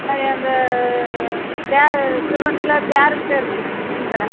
அது அந்த தே ஸ்ரீவைகுண்டத்தில் தேர்கிட்ட இருக்குது மீன் கடை